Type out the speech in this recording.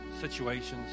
situations